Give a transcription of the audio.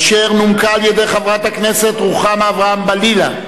אשר נומקה על-ידי חברת הכנסת רוחמה אברהם-בלילא,